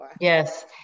Yes